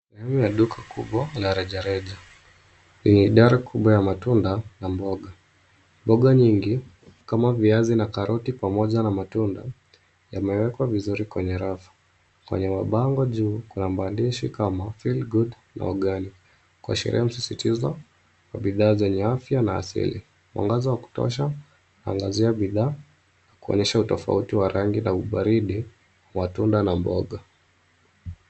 Eneo la duka kubwa la rejareja. Ni idara kubwa ya matunda na mboga. Mboga nyingi kama viazi na karoti pamoja na matunda yamewekwa vizuri kwenye rafu. Kwenye mabango juu kuna maandishi kama feel good na organic kuashiria msisitizo wa bidhaa zenye afya na asili. Mwangaza wa kutosha unaangazia bidhaa na kuonyesha utofauti wa rangi na ubaridi wa tunda na mboga.